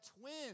twins